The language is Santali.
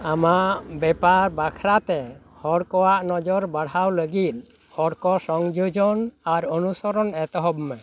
ᱟᱢᱟᱜ ᱵᱮᱯᱟᱨ ᱵᱟᱠᱷᱟᱨᱟ ᱛᱮ ᱦᱚᱲ ᱠᱚᱣᱟᱜ ᱱᱚᱡᱚᱨ ᱵᱟᱲᱦᱟᱣ ᱞᱟᱹᱜᱤᱫ ᱦᱚᱲ ᱠᱚ ᱥᱚᱝᱡᱳᱡᱚᱱ ᱟᱨ ᱚᱱᱩᱥᱚᱨᱚᱱ ᱮᱛᱚᱦᱚᱵ ᱢᱮ